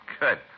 Good